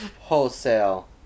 Wholesale